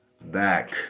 back